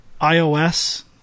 iOS